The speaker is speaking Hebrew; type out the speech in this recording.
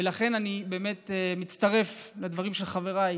ולכן אני באמת מצטרף לדברים של חבריי,